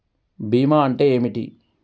బీమా అంటే ఏమిటి?